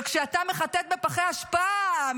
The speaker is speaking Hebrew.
וכשאתה מחטט בפחי אשפה,